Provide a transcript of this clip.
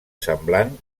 semblant